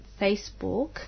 Facebook